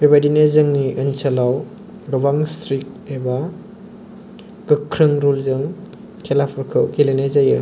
बेबादिनो जोंनि ओनसोलाव गोबां स्ट्रिक्ट एबा गोख्रों रुलजों खेलाफोरखौ गेलेनाय जायो